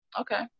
okay